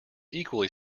equally